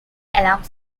along